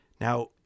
Now